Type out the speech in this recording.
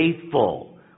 faithful